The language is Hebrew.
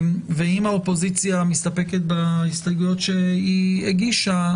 אם האופוזיציה מסתפקת בהסתייגויות שהגישה,